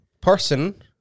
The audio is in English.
Person